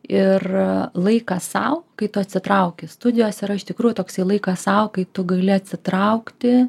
ir laikas sau kai tu atsitrauki studijos yra iš tikrųjų toksai laikas sau kai tu gali atsitraukti